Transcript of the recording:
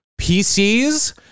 PCs